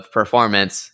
performance